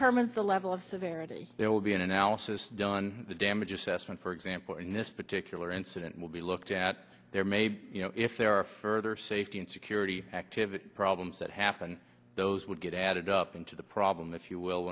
determines the level of severity there will be an analysis done the damage assessment for example in this particular incident will be looked at there maybe you know if there are further safety and security activity problems that happen those would get added up into the problem if you will